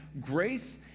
grace